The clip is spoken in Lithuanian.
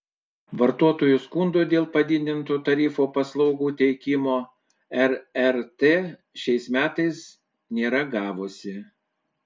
vartotojų skundų dėl padidinto tarifo paslaugų teikimo rrt šiais metais nėra gavusi